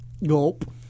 Nope